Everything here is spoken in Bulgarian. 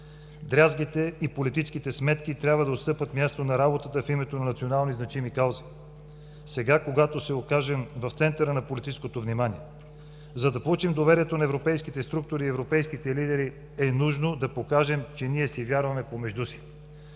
Дрязгите и политическите сметки трябва да отстъпят място на работата в името на национални значими каузи сега, когато се окажем в центъра на политическото внимание. За да получим доверието на европейските структури и европейските лидери, е нужно да покажем, че ние си вярваме помежду си.